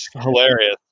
hilarious